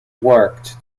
worked